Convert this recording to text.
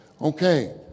Okay